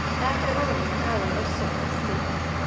after only an hour or so of sleep.